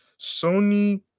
Sony